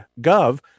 gov